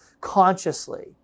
consciously